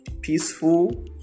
peaceful